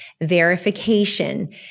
verification